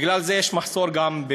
בגלל זה יש מחסור במזון,